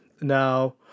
Now